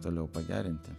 toliau pagerinti